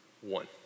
one